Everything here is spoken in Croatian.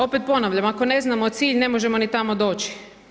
Opet ponavljam, ako ne znamo cilj, ne možemo ni tamo doći.